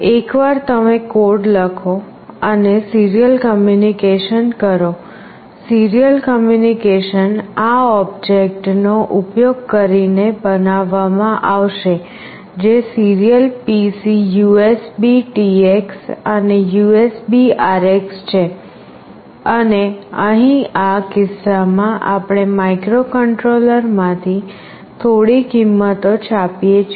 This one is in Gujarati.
એકવાર તમે કોડ લખો અને સીરીયલ કમ્યુનિકેશન કરો સિરિયલ કમ્યુનિકેશન આ ઓબ્જેક્ટ નો ઉપયોગ કરીને બનાવવામાં આવશે જે સીરિયલ PC USBTX અને USBRX છે અને અહીં આ કિસ્સામાં આપણે માઇક્રોકન્ટ્રોલરમાંથી થોડી કિંમતો છાપીએ છીએ